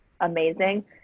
amazing